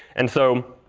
and so,